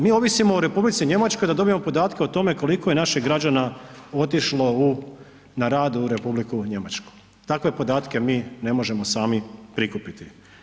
Mi ovisimo o Republici Njemačkoj da dobijemo podatke o tome koliko je naših građana otišlo na rad u Republiku Njemačku, takve podatke mi ne možemo sami prikupiti.